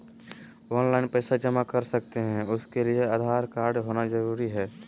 Online पैसा जमा कर सकते हैं उसके लिए आधार कार्ड होना जरूरी है?